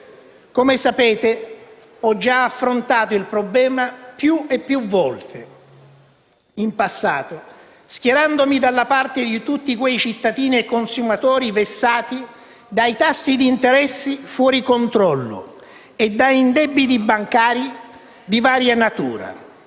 Come sapete, ho già affrontato il problema più e più volte in passato, schierandomi dalla parte di tutti quei cittadini e consumatori vessati da tassi di interesse fuori controllo e da indebiti bancari di varia natura.